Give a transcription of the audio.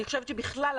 אני חושבת שבכלל,